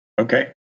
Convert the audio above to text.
Okay